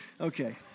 Okay